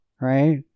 right